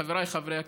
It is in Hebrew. חבריי חברי הכנסת,